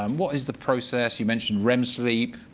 um what is the process? you mentioned rem sleep,